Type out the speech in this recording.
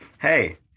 Hey